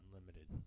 Unlimited